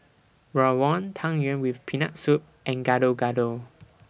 Rawon Tang Yuen with Peanut Soup and Gado Gado